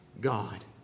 God